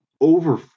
over